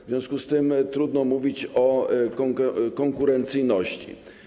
W związku z tym trudno mówić o konkurencyjności.